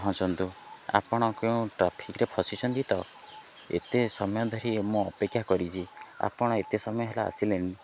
ପହଞ୍ଚନ୍ତୁ ଆପଣ କେଉଁ ଟ୍ରାଫିକରେ ଫସିଛନ୍ତି ତ ଏତେ ସମୟ ଧରି ମୁଁ ଅପେକ୍ଷା କରିଛି ଆପଣ ଏତେ ସମୟ ହେଲା ଆସିଲେନି